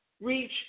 reach